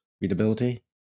readability